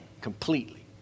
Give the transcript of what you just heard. completely